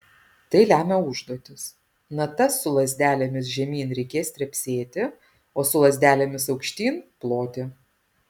tai lemia užduotis natas su lazdelėmis žemyn reikės trepsėti o su lazdelėmis aukštyn ploti